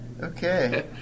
Okay